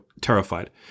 terrified